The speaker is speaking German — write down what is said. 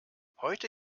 heute